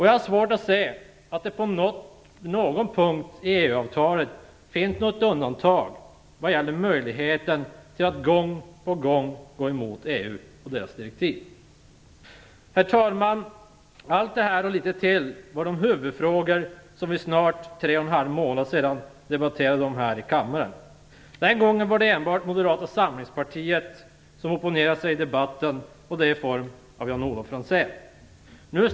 Jag har svårt att se att det på någon punkt i EU-avtalet finns något undantag vad gäller möjligheten att gång på gång gå emot EU och dess direktiv. Herr talman! Allt det här, och litet till, var de huvudfrågor vi debatterade här i kammaren för snart tre och en halv månad sedan. Den gången var det enbart Moderata samlingspartiet som opponerade i debatten, och det i form av Jan-Olof Franzén.